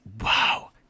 Wow